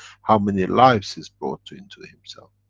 how many lives is brought into himself.